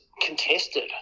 contested